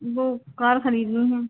वो कार खरीदनी है